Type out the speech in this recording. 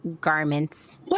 garments